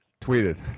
tweeted